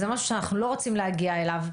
זה משהו שאנחנו לא רוצים להגיע אליו.